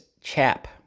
chap